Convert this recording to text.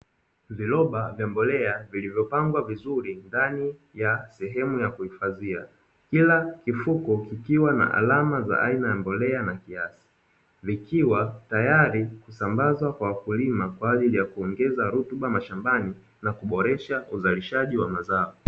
Viroba vya mbolea vilivyopangwa vizuri ndani ya sehemu ya kuhifadhia, kila kifuko kikiwa na alama za aina ya mbolea na kiasi, vikiwa tayari kusambazwa kwa wakulima kwa ajili ya kuongeza rutuba mashambani na kuboresha uzalishaji wa mazao.